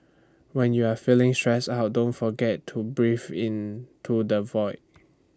when you are feeling stress out don't forget to breathe into the void